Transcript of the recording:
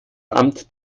amt